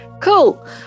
Cool